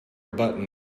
button